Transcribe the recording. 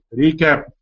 recap